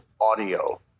audio